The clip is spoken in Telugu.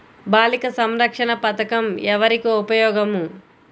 బాలిక సంరక్షణ పథకం ఎవరికి ఉపయోగము?